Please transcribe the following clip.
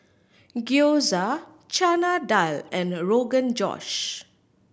Gyoza Chana Dal and Rogan Josh